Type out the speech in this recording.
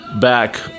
back